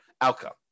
outcome